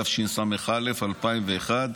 התשס"א 2001,